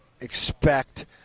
expect